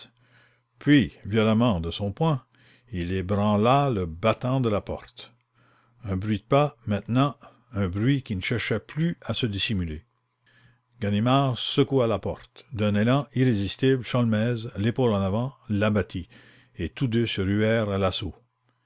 entendait violemment de son poing ganimard ébranla la porte un bruit de pas maintenant un bruit qui ne cherchait point à se dissimuler ganimard secoua la porte d'un élan irrésistible sholmès l'épaule en avant l'abattit et tous deux se ruèrent à l'assaut